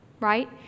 right